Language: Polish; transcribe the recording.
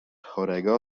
chorego